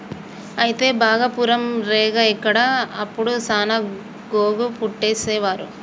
అయితే భాగపురం రేగ ఇక్కడ అప్పుడు సాన గోగు పట్టేసేవారు